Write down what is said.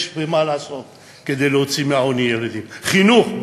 יש מה לעשות כדי להוציא ילדים מהעוני, חינוך?